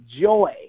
joy